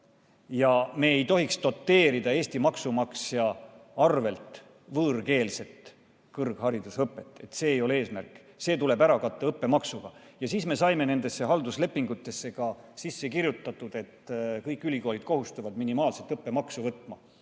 Me ei tohiks doteerida Eesti maksumaksja arvel võõrkeelset kõrgharidusõpet. See ei ole eesmärk. See tuleb ära katta õppemaksuga. Ja me saimegi nendesse halduslepingutesse sisse kirjutatud, et kõik ülikoolid kohustuvad minimaalset õppemaksu võtma